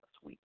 sweet